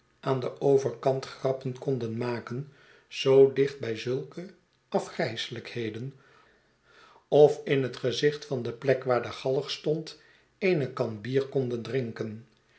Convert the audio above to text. aan den overkant grappen konden maken zoo dicht bij zulke afgrijselijkheden of in het gezicht van de plek waar de galg stond eene kan bier konden drinken